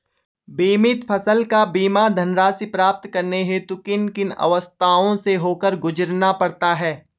बीमित फसल का बीमा धनराशि प्राप्त करने हेतु किन किन अवस्थाओं से होकर गुजरना पड़ता है?